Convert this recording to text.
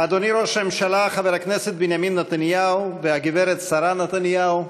אדוני ראש הממשלה חבר הכנסת בנימין נתניהו והגברת שרה נתניהו,